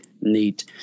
neat